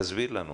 תסביר לנו.